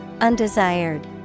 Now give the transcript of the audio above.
Undesired